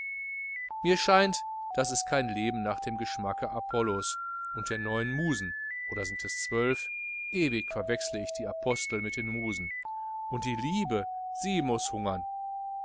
mir scheint das ist kein leben nach dem geschmacke apollos und der neun musen oder sind es zwölf ewig verwechsle ich die apostel mit den musen und die liebe sie muß hungern